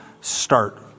start